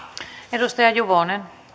arvoisa